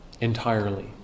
entirely